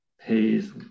pays